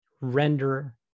render